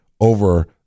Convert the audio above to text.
over